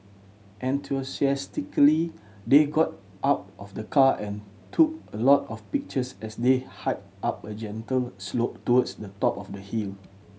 enthusiastically they got out of the car and took a lot of pictures as they hiked up a gentle slope towards the top of the hill